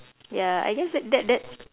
ya I guess that that that's